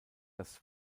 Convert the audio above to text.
das